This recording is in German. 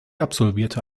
absolvierte